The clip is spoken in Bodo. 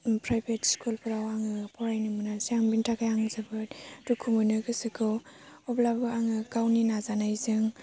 फ्राइभेट स्कुल फ्राव आङो फरायनो मोनासै आं बिनि थाखाय आं जोबोद दुखु मोनो गोसोखौ अब्लाबो आङो गावनि नाजानायजों